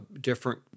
Different